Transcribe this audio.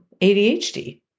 ADHD